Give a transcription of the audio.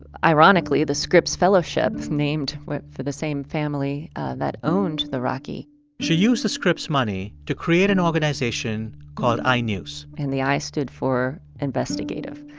ironically, the scripps fellowship, named for the same family that owned the rocky she used the scripps money to create an organization called i-news and the i stood for investigative.